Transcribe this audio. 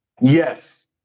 Yes